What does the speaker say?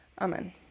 Amen